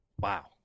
Wow